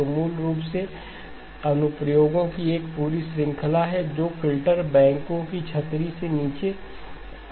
तो मूल रूप से अनुप्रयोगों की एक पूरी श्रृंखला है जो फ़िल्टर बैंकों की छतरी के नीचे आती है